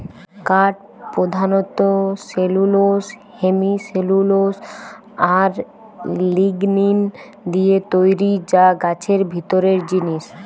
কাঠ পোধানত cellulose, hemicellulose আর লিগনিন দিয়ে তৈরি যা গাছের ভিতরের জিনিস